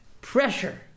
pressure